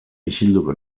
isilduko